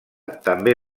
també